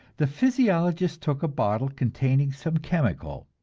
the physiologist took a bottle containing some chemical,